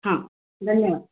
हां धन्यवाद